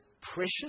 precious